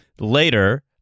later